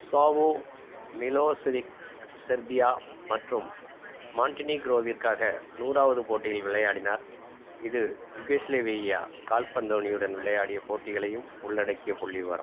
சாவோ Milosevic Serbia மற்றும் மாண்டினீக்ரோவிற்காக நூறாவது போட்டியில் விளையாடினார் இது யூகேஸ்லேவியா கால்பந்து அணியுடன் விளையாடிய போட்டிகளையும் உள்ளடக்கிய புள்ளிவிவரம்